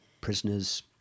prisoners